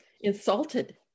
insulted